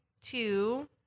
two